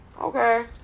okay